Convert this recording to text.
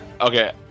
Okay